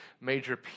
major